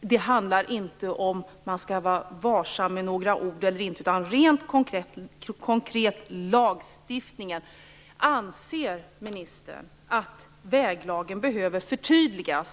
Det handlar inte om att man skall vara varsam med några ord eller inte, utan det handlar rent konkret om lagstiftningen. Anser ministern att väglagen behöver förtydligas?